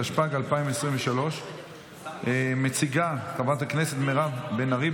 התשפ"ג 2023. מציגה חברת הכנסת מירב בן ארי,